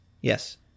Yes